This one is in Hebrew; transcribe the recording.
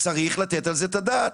צריך לתת על זה את הדעת,